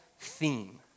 theme